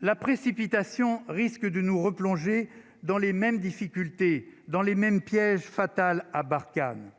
la précipitation risque de nous replonger dans les mêmes difficultés dans les mêmes pièges fatals à Barkhane